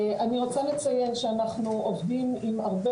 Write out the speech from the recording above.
אני רוצה לציין שאנחנו עובדים עם הרבה